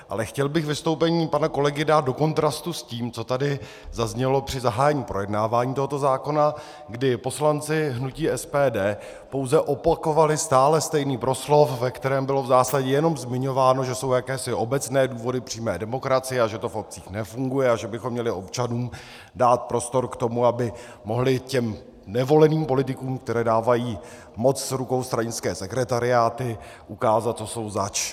Ale chtěl bych vystoupení pana kolegy dát do kontrastu s tím, co tady zaznělo při zahájení projednávání tohoto zákona, kdy poslanci hnutí SPD pouze opakovali stále stejný proslov, ve kterém bylo v zásadě jenom zmiňováno, že jsou jakési obecné důvody přímé demokracie a že to v obcích nefunguje a že bychom měli občanům dát prostor k tomu, aby mohli těm nevoleným politikům, které dávají moc z rukou stranické sekretariáty (?), ukázat, co jsou zač.